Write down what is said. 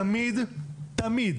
תמיד תמיד